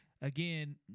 again